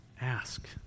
ask